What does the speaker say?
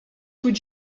would